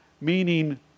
meaning